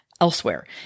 elsewhere